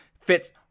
fits